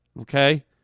okay